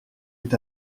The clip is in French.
est